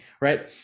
right